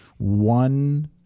One